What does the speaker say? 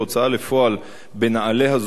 נעבור להצעת חוק ההוצאה לפועל (תיקון מס' 40)